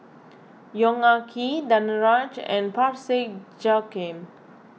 Yong Ah Kee Danaraj and Parsick Joaquim